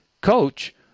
Coach